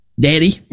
Daddy